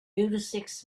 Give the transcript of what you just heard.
middlesex